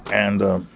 and